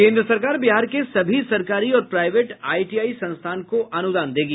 केन्द्र सरकार बिहार के सभी सरकारी और प्राइवेट आईटीआई संस्थान को अनुदान देगी